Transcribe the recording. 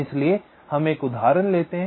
इसलिए हम एक उदाहरण लेते हैं